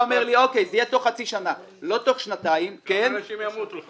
צריך שזה יהיה תוך חצי שנה ולא תוך שנתיים --- עוד אנשים ימותו.